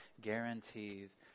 guarantees